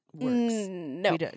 No